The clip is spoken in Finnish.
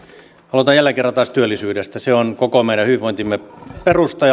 aloitan jälleen kerran taas työllisyydestä se on koko meidän hyvinvointimme perusta